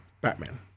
Batman